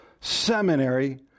seminary